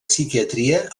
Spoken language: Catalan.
psiquiatria